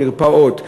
מרפאות,